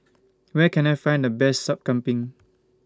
Where Can I Find The Best Sup Kambing